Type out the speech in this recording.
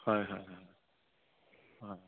হয় হয় হয় হয়